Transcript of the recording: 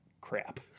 crap